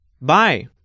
Bye